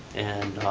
and